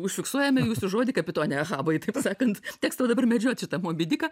užfiksuojame jūsų žodį kapitone habai taip sakant teks tau dabar medžiot šitą mobį diką